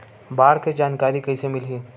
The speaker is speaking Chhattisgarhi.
बाढ़ के जानकारी कइसे मिलही?